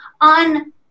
on